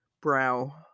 brow